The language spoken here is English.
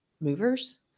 movers